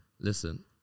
Listen